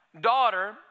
daughter